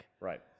Right